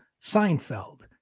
Seinfeld